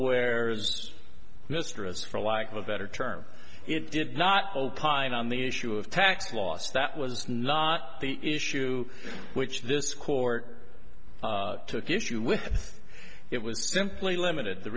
where's mistress for lack of a better term it did not opine on the issue of tax loss that was not the issue which this court took issue with it was simply limited the